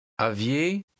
Aviez